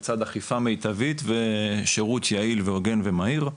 לצד אכיפה מיטבית ושירות יעיל והוגן ומהיר.